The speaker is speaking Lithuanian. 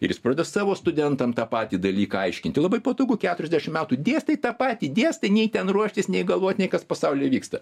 ir jis prideda savo studentam tą patį dalyką aiškinti labai patogu keturiasdešimt metų dėstai tą patį dėstai nei ten ruoštis nei galvot nei kas pasauly vyksta